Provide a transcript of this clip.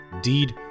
deed